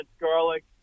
garlic